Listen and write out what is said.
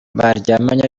baryamanye